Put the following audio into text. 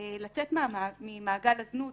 לצאת ממעגל הזנות,